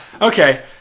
Okay